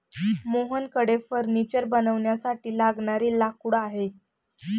मोहनकडे फर्निचर बनवण्यासाठी लागणारे लाकूड आहे